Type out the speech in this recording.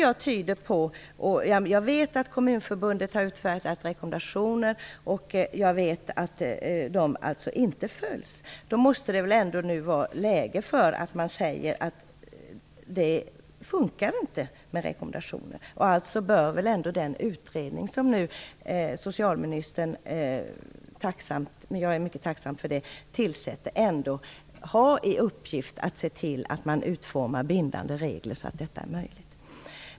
Jag vet att Kommunförbundet har utfärdat rekommendationer, och jag vet att de inte följs. Då måste det väl nu ändå vara läge för att man säger att rekommendationerna inte fungerar. Därför bör den utredning som socialministern nu tillsätter - vilket jag är mycket tacksam för - ha i uppgift att se till att man utformar bindande regler, så att detta är möjligt.